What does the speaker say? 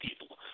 people